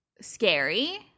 scary